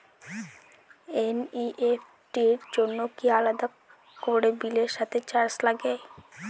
NEFT র জন্য কি আলাদা করে বিলের সাথে চার্জ লাগে?